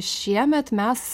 šiemet mes